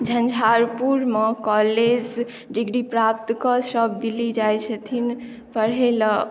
झंझारपुरमे college degree प्राप्त कऽ सब दिल्ली जाइ छथिन पढ़ै लए